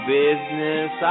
business